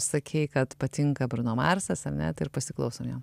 sakei kad patinka bruno marsas ar ne tai ir pasiklausom jo